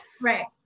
Right